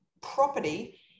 property